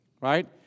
right